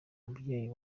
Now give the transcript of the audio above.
mubyeyi